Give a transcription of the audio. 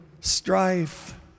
strife